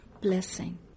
blessing